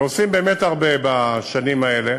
ועושים באמת הרבה בשנים האלה,